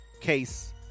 case